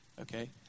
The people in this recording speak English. Okay